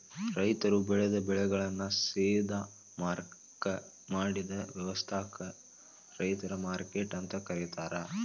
ರೈತರು ಬೆಳೆದ ಬೆಳೆಗಳನ್ನ ಸೇದಾ ಮಾರಾಕ್ ಮಾಡಿದ ವ್ಯವಸ್ಥಾಕ ರೈತರ ಮಾರ್ಕೆಟ್ ಅಂತ ಕರೇತಾರ